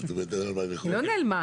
וזה באמת אולי מה שאמרו כאן,